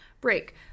break